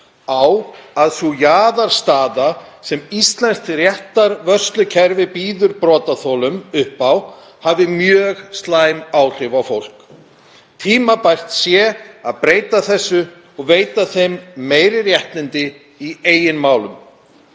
á að sú jaðarstaða sem íslenskt réttarvörslukerfi býður brotaþolum upp á hafi mjög slæm áhrif á fólk. Tímabært sé að breyta þessu og veita þeim meiri réttindi í eigin málum.